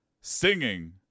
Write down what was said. singing